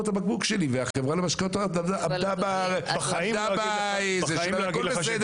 את הבקבוק שלי וחברת המשקאות עמדה בזה שלה והכל בסדר.